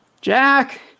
Jack